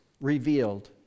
revealed